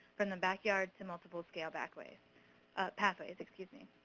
from the backyard to multiple scale backways pathways, excuse me.